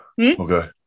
okay